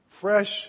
fresh